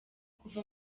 kuva